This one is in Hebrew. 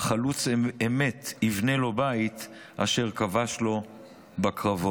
חלוץ אמת יבנה לו בית אשר כבש לו בקרבות".